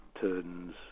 turns